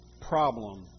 problem